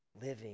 living